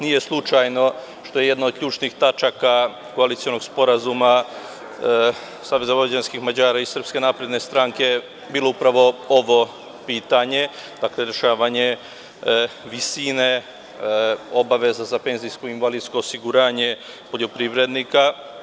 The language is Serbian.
Nije slučajno što jedna od ključnih tačaka koalicionog sporazuma SVM i SNS bilo upravo ovo pitanje, dakle, rešavanje visine obaveza za penzijsko i invalidsko osiguranje poljoprivrednika.